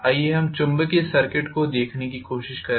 आइए हम फिर से चुंबकीय सर्किट को देखने की कोशिश करें